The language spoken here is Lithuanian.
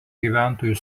gyventojų